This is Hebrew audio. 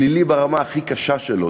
פלילי ברמה הכי קשה שלו.